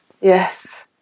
Yes